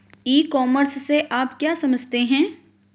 ई commerce से आप क्या समझते हैं?